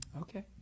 okay